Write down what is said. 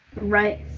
right